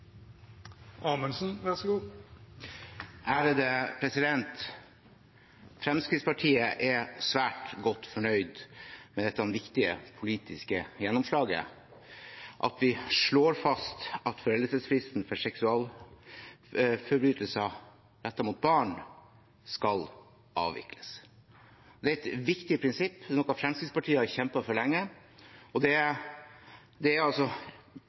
Fremskrittspartiet er svært godt fornøyd med dette viktige politiske gjennomslaget, at vi slår fast at foreldelsesfristen for seksualforbrytelser rettet mot barn skal avvikles. Det er et viktig prinsipp og noe Fremskrittspartiet har kjempet for lenge. Det er godt begrunnet hvorfor det